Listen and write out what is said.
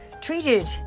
treated